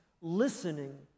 listening